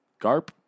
Garp